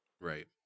Right